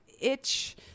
Itch